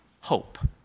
hope